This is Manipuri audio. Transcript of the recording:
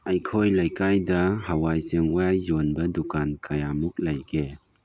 ꯑꯩꯈꯣꯏ ꯂꯩꯀꯥꯏꯗ ꯍꯋꯥꯏ ꯆꯦꯡꯋꯥꯏ ꯌꯣꯟꯕ ꯗꯨꯀꯥꯟ ꯀꯌꯥꯃꯨꯛ ꯂꯩꯒꯦ